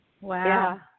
Wow